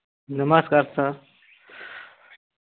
नमस्कार सर